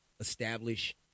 establish